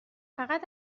فقط